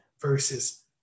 versus